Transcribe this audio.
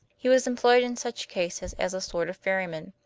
he was employed in such cases as a sort of ferryman.